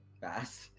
fast